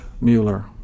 Mueller